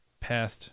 past